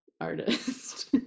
artist